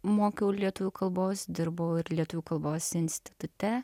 mokiau lietuvių kalbos dirbau ir lietuvių kalbos institute